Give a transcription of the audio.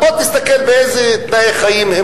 בוא תסתכל באיזה תנאי חיים הם גרים.